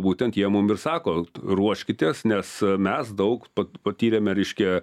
būtent jie mum ir sako ruoškitės nes mes daug patyrėme reiškia